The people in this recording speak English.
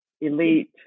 elite